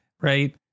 Right